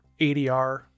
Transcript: ADR